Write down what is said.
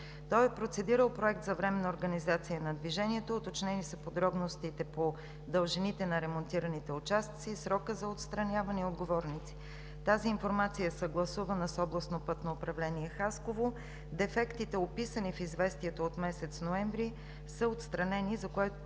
Той е процедирал Проект за временна организация на движението, уточнени са подробностите по дължините на ремонтираните участъци, срока за отстраняване и отговорниците. Тази информация е съгласувана с Областно пътно управление – Хасково. Дефектите, описани в известието от месец ноември, са отстранени, за което